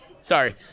Sorry